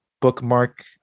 bookmark